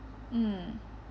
mm